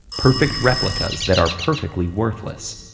perfect replicas that are perfectly worthless.